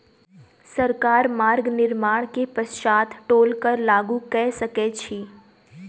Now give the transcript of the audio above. सरकार मार्ग निर्माण के पश्चात टोल कर लागू कय सकैत अछि